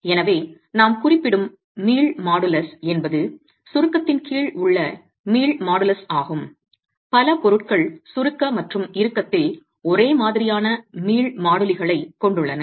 எனவே நாம் குறிப்பிடும் மீள் மாடுலஸ் என்பது சுருக்கத்தின் கீழ் உள்ள மீள் மாடுலஸ் ஆகும் பல பொருட்கள் சுருக்க மற்றும் இறுக்கத்தில் ஒரே மாதிரியான மீள் மாடுலிகளைக் கொண்டுள்ளன